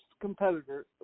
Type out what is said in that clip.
competitor